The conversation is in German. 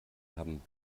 haben